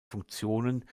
funktionen